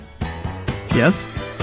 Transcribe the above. Yes